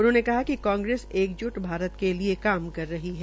उन्होंने कहा कि कांग्रेस एकजुट भारत के लिये काम कर रही है